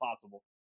possible